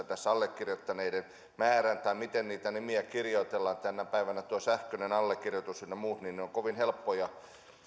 tässä allekirjoittaneiden määrässä tai siinä miten niitä nimiä kirjoitellaan tänä päivänä olisi vähän tarkentamista tuo sähköinen allekirjoitus ynnä muut ovat kovin helppoja